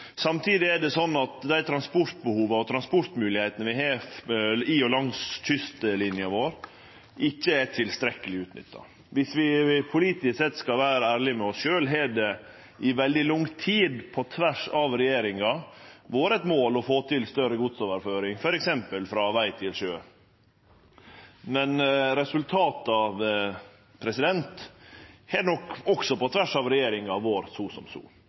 Samtidig er det slik at dei transportbehova og transportmoglegheitene vi har langs kystlinja vår, ikkje er tilstrekkeleg utnytta. Om vi politisk sett skal vere ærlege med oss sjølve, har det i veldig lang tid, på tvers av regjeringar, vore eit mål å få til større godsoverføring, f.eks. frå veg til sjø. Men resultata har nok – også på tvers av regjeringar – vore så som